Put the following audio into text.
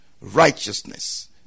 righteousness